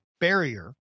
barrier